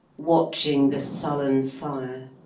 watching the sullen fire,